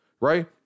Right